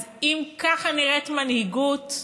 אז אם ככה נראית מנהיגות,